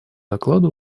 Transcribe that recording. докладу